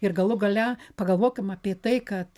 ir galų gale pagalvokim apie tai kad